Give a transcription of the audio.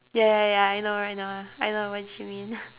ya ya ya I know I know I know what you mean